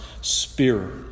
Spirit